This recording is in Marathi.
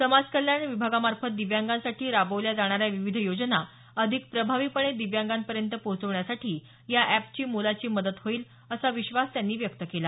समाज कल्याण विभागामार्फत दिव्यांगासाठी राबवल्या जाणाऱ्या विविध योजना अधिक प्रभावीपणे दिव्यांगापर्यंत पोहचवण्यासाठी या अॅपची मोलाची मदत होईल असा विश्वास त्यांनी यावेळी व्यक्त केला